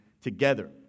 together